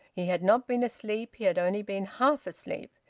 he had not been asleep he had only been half-asleep.